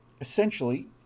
Essentially